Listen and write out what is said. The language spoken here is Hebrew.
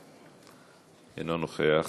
אינו נוכח.